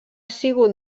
sigut